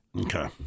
Okay